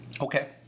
Okay